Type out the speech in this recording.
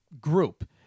group